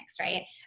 right